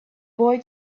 boy